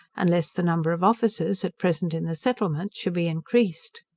unless the number of officers, at present in the settlement, shall be increased.